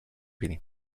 billy